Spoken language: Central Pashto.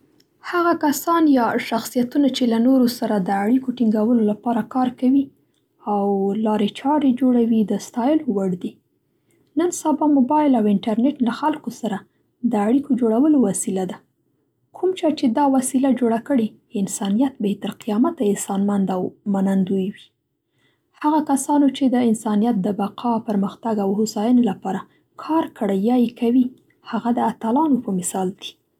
هغه کسان یا شخصیتونه چې له نورو سره د اړیکو ټینګولو لپاره کار کوي او لارې چارې جوړوي د ستایلو وړ دي. نن سبا موبایل او انترنټ له خلکو له د اړیکو جوړولو وسیله ده. کوم چا چې دا وسیله جوړه کړې انسانیت به یې تر قیامته احسانمند او منندوی وي. هغه کسانو چې د انسانیت د بقا، پرمختګ او هوساینې لپاره کار کړی یا یې کوي هغه د اتلانو په مثال دي.